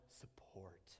support